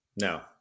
No